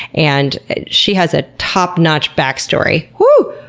and she has a top notch back story! whooo!